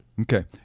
Okay